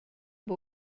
hai